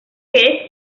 che